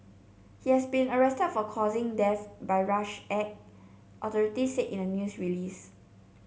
he has been arrested for causing death by rash act authorities said in a news release